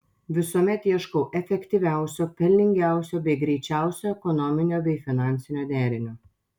visuomet ieškau efektyviausio pelningiausio bei greičiausio ekonominio bei finansinio derinio